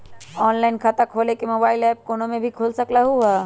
Online खाता खोले के मोबाइल ऐप फोन में भी खोल सकलहु ह?